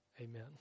Amen